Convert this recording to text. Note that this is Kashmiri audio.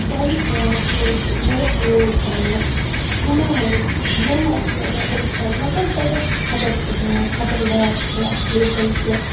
بانڈی پوراہَس منٛز چھِ واریاہ نِوٕز چَنلہٕ یِمو منٛز یِم اَسہِ واریاہ اِنفار مطلب واریاہ خَبَر چھِ دِوان خَبَردار تھاوان اَسہِ لوٗکَن کہِ